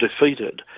defeated